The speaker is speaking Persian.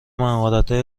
مهارتهای